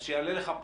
אז שיעלה לך פחות.